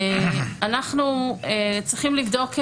אנחנו צריכים לבדוק,